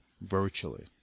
virtually